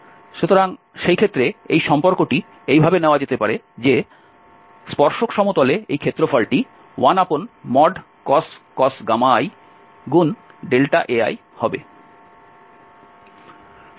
সুতরাং সেই ক্ষেত্রে এই সম্পর্কটি এইভাবে নেওয়া যেতে পারে যে স্পর্শক সমতলে এই ক্ষেত্রফলটি 1cos i Ai হবে